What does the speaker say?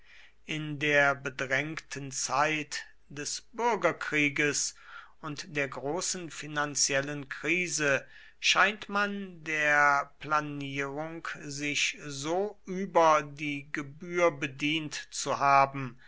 in der bedrängten zeit des bürgerkrieges und der großen finanziellen krise scheint man der planierung sich so über die gebühr bedient zu haben